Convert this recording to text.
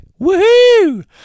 Woohoo